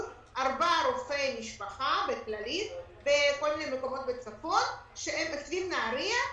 ארבעה רופאי משפחה בכללית ובכל מיני מקומות בצפון סביב נהריה,